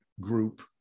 group